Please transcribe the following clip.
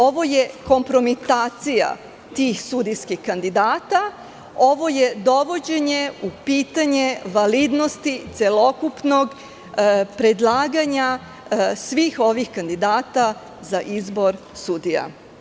Ovo je kompromitacija tih sudijskih kandidata, ovo je dovođenje u pitanje validnosti celokupnog predlaganja svih ovih kandidata za izbor sudija.